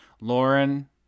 lauren